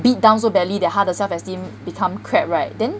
beat down so badly that 他的 self esteem become crap right then